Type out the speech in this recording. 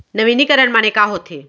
नवीनीकरण माने का होथे?